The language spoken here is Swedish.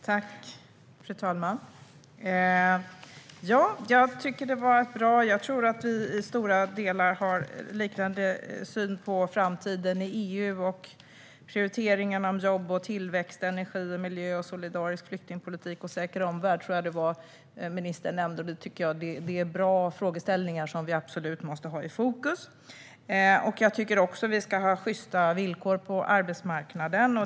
Fru talman! Jag tycker att det var bra. Jag tror att vi i stora delar har en liknande syn på framtiden i EU och på prioriteringarna när det gäller jobb och tillväxt, energi och miljö, solidarisk flyktingpolitik och säker omvärld - jag tror att det var det ministern nämnde. Jag tycker att det är bra frågeställningar som vi absolut måste ha i fokus. Jag tycker också att vi ska ha sjysta villkor på arbetsmarknaden.